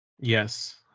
Yes